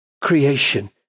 creation